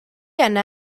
yna